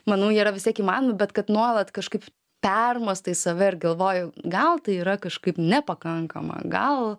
manau jie yra vis tiek įmanomi bet kad nuolat kažkaip permąstai save ir galvoju gal tai yra kažkaip nepakankama gal